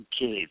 kids